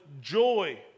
joy